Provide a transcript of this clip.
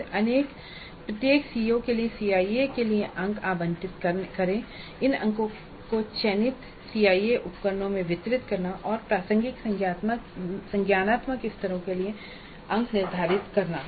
फिर प्रत्येक सीओ के लिए सीआईई के लिए अंक आवंटित करें इन अंको को चयनित CIE उपकरणों में वितरित करना और प्रासंगिक संज्ञानात्मक स्तरों के लिए अंक निर्धारित करना